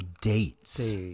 Dates